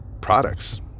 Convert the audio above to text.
products